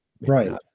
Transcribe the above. Right